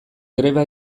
greba